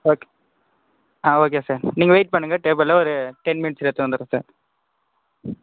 okay ah okay sir நீங்கள் wait பண்ணுங்கள் டேபிளில் ஒரு டென் மினிட்ஸில் எடுத்துகிட்டு வந்துவிட்றன் சார்